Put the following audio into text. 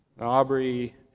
Aubrey